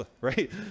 right